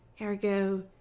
ergo